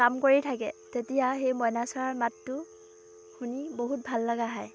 কাম কৰি থাকে তেতিয়া সেই মইনা চৰাইৰ মাতটো শুনি বহুত ভাল লগা হয়